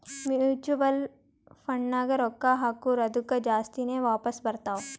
mutual ಫಂಡ್ನಾಗ್ ರೊಕ್ಕಾ ಹಾಕುರ್ ಅದ್ದುಕ ಜಾಸ್ತಿನೇ ವಾಪಾಸ್ ಬರ್ತಾವ್